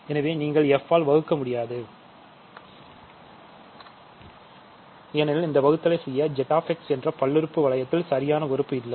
எனவே நீங்கள் f ஆல் வகுக்க முடியாது ஏனென்றால் இந்த வகுத்தலை செய்ய Z x என்ற பல்லுறுப்பு வளையத்தில் சரியான உறுப்பு இல்லை